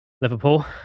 Liverpool